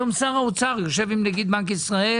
היום שר האוצר יושב עם נגיד בנק ישראל